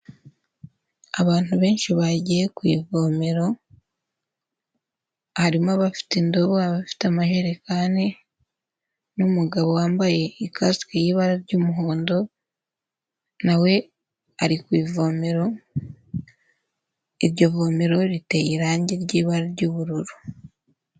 Abantu benshi bagiye ku ivomero harimo abafite indobo, abafite amajerekani n'umugabo wambaye ikasike y'ibara ry'umuhondo nawe ari ku ivomero, iryo vomero riteye irangi ry'ibara ry'ubururu.